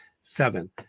seven